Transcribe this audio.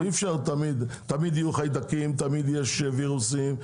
תמיד יהיו חיידקים, תמיד יהיו וירוסים.